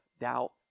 doubt